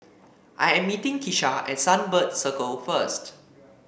I am meeting Kisha at Sunbird Circle first